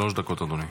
שלוש דקות, אדוני.